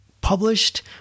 published